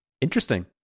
Interesting